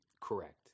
correct